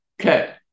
Okay